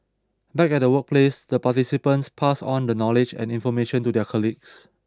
back at the workplace the participants pass on the knowledge and information to their colleagues